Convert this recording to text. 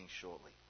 shortly